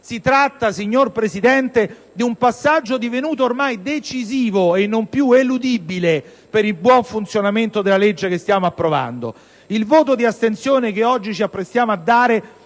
si tratta di un passaggio divenuto ormai decisivo e non più eludibile per il buon funzionamento della legge che stiamo approvando. Il voto di astensione che oggi ci apprestiamo ad